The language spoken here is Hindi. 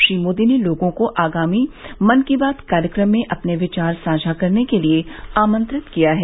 श्री मोदी ने लोगों को आगामी मन की बात कार्यक्रम में अपने विचार साझा करने के लिए आमंत्रित किया है